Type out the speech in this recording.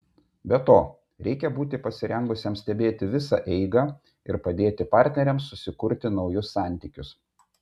be to reikia būti pasirengusiam stebėti visą eigą ir padėti partneriams susikurti naujus santykius